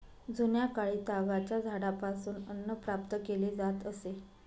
जुन्याकाळी तागाच्या झाडापासून अन्न प्राप्त केले जात असे